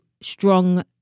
strong